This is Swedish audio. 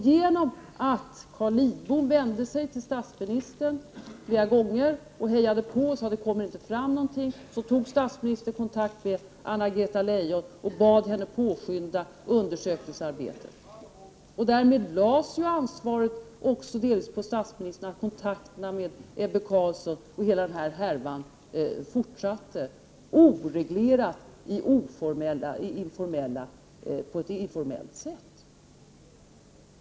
Genom att Carl Lidbom vände sig till statsministern flera gånger och hejade på och sade att det kommer inte fram någonting, så tog statsministern kontakt med Anna-Greta Leijon och bad henne påskynda undersökningsarbetet. Därmed lades ju ansvaret också delvis på statsministern för att kontakterna med Ebbe Carlsson och hela denna härva fortsatte oreglerat på ett informellt sätt.